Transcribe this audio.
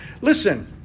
listen